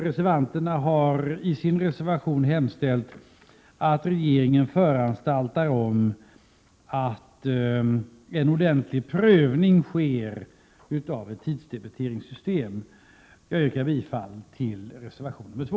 Reservanterna har i sin reservation hemställt att regeringen föranstaltar om att en ordentlig prövning sker av ett tidsdebiteringssystem. Jag yrkar bifall till reservation 2.